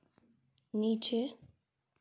नीचे